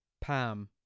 Pam